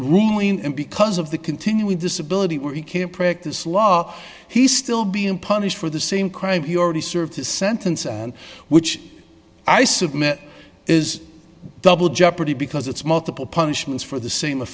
ruling him because of the continuing disability where you can't practice law he still being punished for the same crime he already served his sentence and which i submit is double jeopardy because it's multiple punishments for the same of